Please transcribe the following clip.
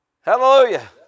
Hallelujah